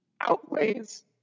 outweighs